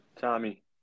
Tommy